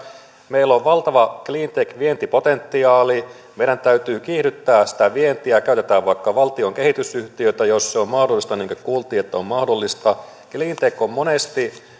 meillä on valtava cleantech vientipotentiaali meidän täytyy kiihdyttää sitä vientiä käytetään vaikka valtion kehitysyhtiöitä jos se on mahdollista niin kuin kuultiin että on mahdollista cleantech on monesti